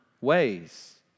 ways